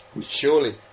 surely